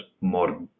more